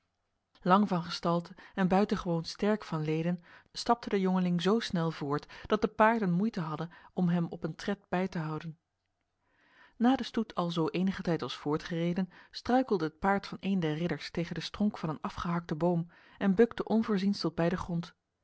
lang van gestalte en buitengewoon sterk van leden stapte de jongeling zo snel voort dat de paarden moeite hadden om hem op een tred bij te houden na de stoet alzo enige tijd was voortgereden struikelde het paard van een der ridders tegen de stronk van een afgehakte boom en bukte onvoorziens tot bij de grond